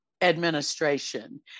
administration